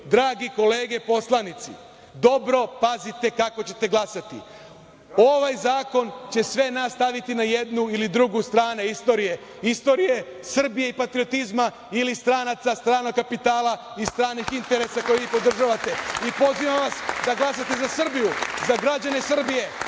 kolege poslanici, dobro pazite kako ćete glasati. Ovaj zakon će sve nas staviti na jednu ili drugu stranu istorije, istorije Srbije i patriotizma ili stranaca, stranog kapitala i stranih interesa koje vi podržavate. Pozivam vas da glasate za Srbiju, za građane Srbije,